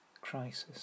crisis